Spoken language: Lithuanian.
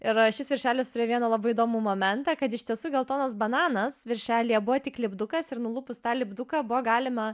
ir šis viršelis turėjo vieną labai įdomų momentą kad iš tiesų geltonas bananas viršelyje buvo tik lipdukas ir nulupus tą lipduką buvo galima